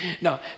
no